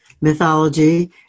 mythology